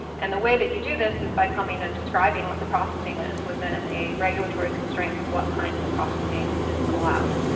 and the way that you do this is by coming and describing what the processing is within a regulatory constraint of what kinds of processing is allowed.